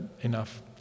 enough